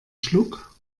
schluck